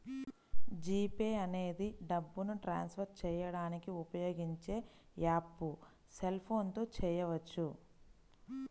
G pay అనేది డబ్బుని transfer చేయడానికి ఉపయోగించే యాప్పు సెల్ ఫోన్ తో చేయవచ్చు